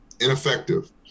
ineffective